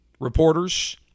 reporters